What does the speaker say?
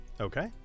Okay